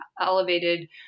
elevated